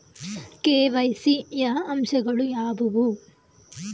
KYC ಯ ಅಂಶಗಳು ಯಾವುವು?